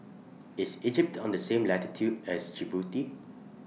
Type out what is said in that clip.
IS Egypt on The same latitude as Djibouti